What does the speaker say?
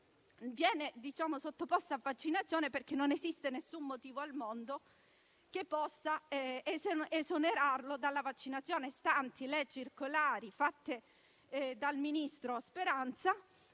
viene sottoposto a vaccinazione, perché non esiste alcun motivo al mondo che possa esonerare qualcuno dalla vaccinazione, stanti le circolari emesse dal ministro Speranza